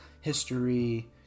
history